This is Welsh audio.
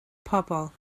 pobl